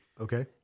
Okay